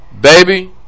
Baby